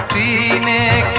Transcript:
the mag